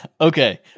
Okay